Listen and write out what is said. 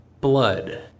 blood